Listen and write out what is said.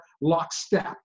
lockstep